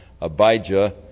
Abijah